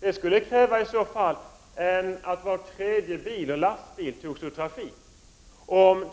Det skulle i så fall kräva att var tredje bil och lastbil skulle tas ur trafik, om